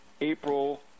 April